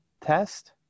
test